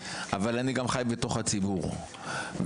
אבל אני גם חי בתוך הציבור וכשהציבור